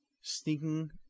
Sneaking